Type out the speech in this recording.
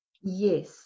Yes